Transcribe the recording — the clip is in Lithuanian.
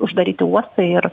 uždaryti uostai ir